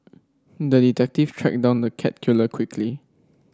the detective tracked down the cat killer quickly